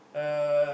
uh